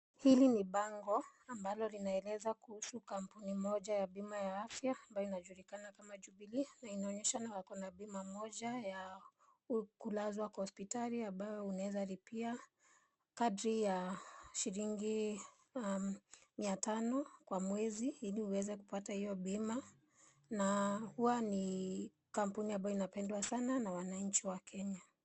Hili ni bango ambalo linaeleza kuhusu kampuni moja ya bima ya afya ambayo inajulikana kama jubilee na inaonyeshana wako na bima moja ya kulazwa kwa hosiptali ambayo unaweza lipia kadri ya shilingi mia tano kwa mwezi ili uweze kupata iyo bima na huwa ni kampuni ambayo inapendwa sana na wananchi wa Kenya.